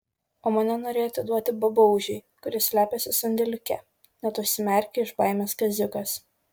o mane norėjo atiduoti babaužiui kuris slepiasi sandėliuke net užsimerkė iš baimės kaziukas